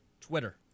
Twitter